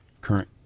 current